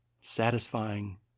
satisfying